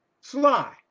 Sly